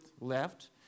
left